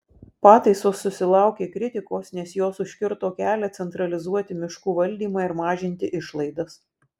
pataisos susilaukė kritikos nes jos užkirto kelią centralizuoti miškų valdymą ir mažinti išlaidas